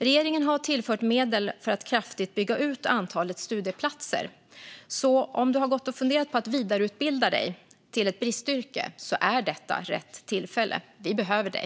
Regeringen har tillfört medel för att kraftigt bygga ut antalet studieplatser, så om du har gått och funderat på att vidareutbilda dig till ett bristyrke är detta rätt tillfälle. Vi behöver dig!